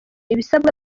ibisabwa